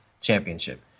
championship